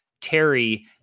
Terry